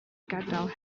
gadal